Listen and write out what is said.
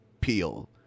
peel